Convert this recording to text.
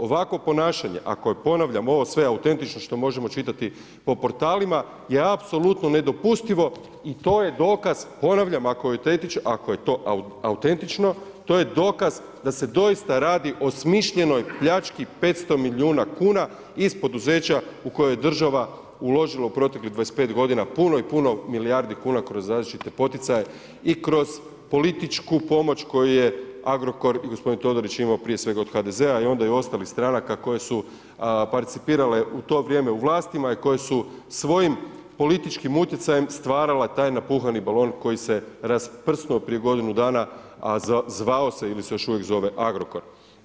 Ovakvo ponašanje, ako je ponavlja, ovo sve autentično, što možemo čitati po portalima je apsolutno nedopustivo i to je dokaz ponavljam, ako je to autentično, to je dokaz da se doista radi o smišljenoj pljački 500 milijuna kuna iz poduzeća u kojoj je država uložila u proteklih 25 godina puno i puno milijardi kuna kroz različite poticaje i kroz političku pomoć koju je Agrokor i gospodin Todorić prije svega od HDZ-a a onda i ostalih stranaka koje su parcipirale u to vrijeme u vlastima i koje su svojim političkim utjecajem stvarala taj napuhali balon koji se rasprsnuo prije godinu dana, a zvao se, ili se još uvijek zove Agrokor.